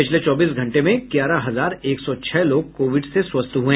पिछले चौबीस घंटे में ग्यारह हजार एक सौ छह लोग कोविड से स्वस्थ हुए